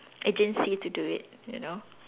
urgency to do it you know